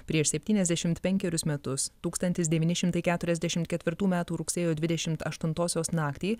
prieš septyniasdešimt penkerius metus tūkstantis devyni šimtai keturiasdešimt ketvirtų metų rugsėjo dvidešimt aštuntosios naktį